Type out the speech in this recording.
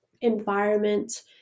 environment